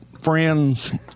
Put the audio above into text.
Friends